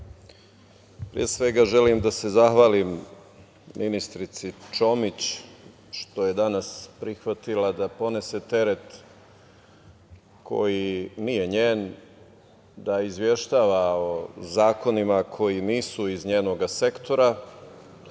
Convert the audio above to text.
pre svega želim da se zahvalim ministrici Čomić što je danas prihvatila da ponese teret koji nije njen, da izveštava o zakonima koji nisu iz njenog sektora,